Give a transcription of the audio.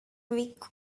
week